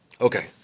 Okay